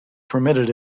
permitted